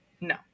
no